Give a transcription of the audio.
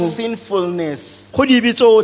sinfulness